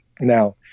Now